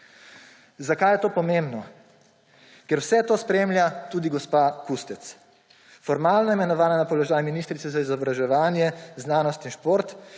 Zakaj je to pomembno? Ker vse to spremlja tudi gospa Kustec, formalno imenovana na položaj ministrice za izobraževanje, znanost in šport,